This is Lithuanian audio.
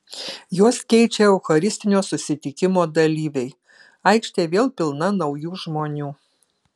juos keičia eucharistinio susitikimo dalyviai aikštė vėl pilna naujų žmonių